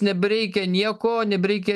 nebereikia nieko nebereikia